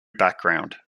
background